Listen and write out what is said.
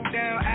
down